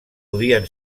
podien